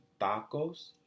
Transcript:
tacos